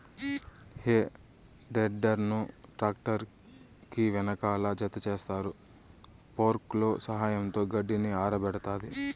హే tedder ను tractor కి వెనకాల జతచేస్తారు, ఫోర్క్ల సహాయంతో గడ్డిని ఆరబెడతాది